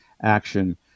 action